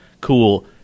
Cool